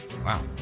Wow